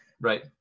right